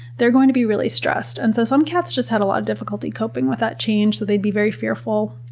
they're going to be really stressed. and so some cats just had a lot of difficulty coping with that change. so they'd be very fearful,